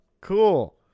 Cool